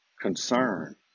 concern